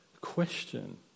question